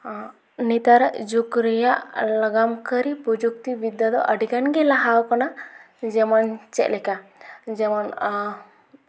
ᱱᱮᱛᱟᱨᱟᱜ ᱡᱩᱜᱽ ᱨᱮᱭᱟᱜ ᱞᱟᱜᱟᱱ ᱠᱟᱹᱨᱤ ᱯᱨᱚᱡᱩᱠᱛᱤ ᱵᱤᱫᱽᱫᱟ ᱫᱚ ᱟᱹᱰᱤᱜᱟᱱᱜᱮ ᱞᱟᱦᱟᱣ ᱠᱟᱱᱟ ᱡᱮᱢᱚᱱ ᱪᱮᱫ ᱞᱮᱠᱟ ᱡᱮᱢᱚᱱ